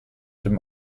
dem